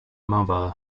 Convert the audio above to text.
mother